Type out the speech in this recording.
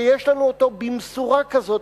שיש לנו אותו במשורה כזאת,